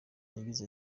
yagize